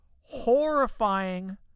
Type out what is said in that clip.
horrifying